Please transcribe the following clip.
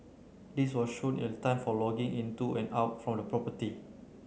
this was shown in the time for logging into and out from the property